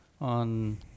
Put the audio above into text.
on